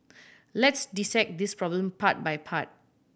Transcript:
let's dissect this problem part by part